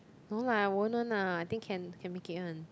no lah won't one lah I think can can make it one